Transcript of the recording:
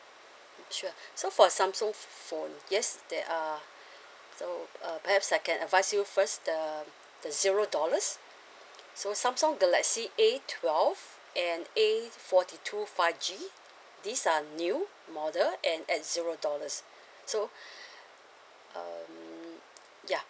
sure so for samsung phone yes there are so uh perhaps I can advise you first the the zero dollars so samsung galaxy A twelve and A forty two five G these are new model and at zero dollars so um yeah